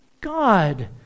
God